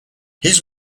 his